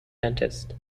dentist